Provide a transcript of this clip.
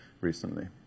recently